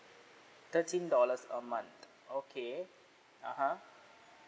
thirteen dollars a month okay ah ha